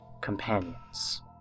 companions